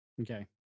Okay